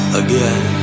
again